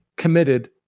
committed